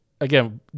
again